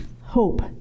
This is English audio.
Hope